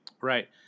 Right